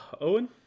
Owen